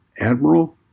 Admiral